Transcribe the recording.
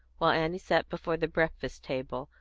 while annie sat before the breakfast-table,